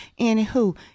anywho